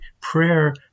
Prayer